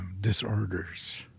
disorders